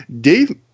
Dave